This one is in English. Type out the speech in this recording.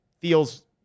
feels